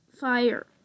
Fire